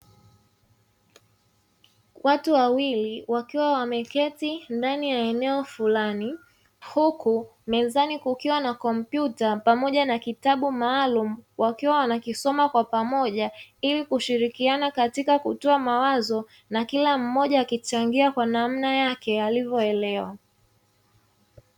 Watu wawili wakiwa wameketi ndani ya eneo fulani, huku mezani kukiwa na kompyuta pamoja na kitabu maalumu. Wakiwa wanakisoma kwa pamoja ili kushirikiana katika kutoa mawazo na kila mmoja akichangia kwa namna yake alivyoelewa.